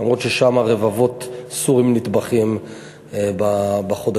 אף ששם רבבות סורים נטבחים בחודשים,